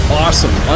awesome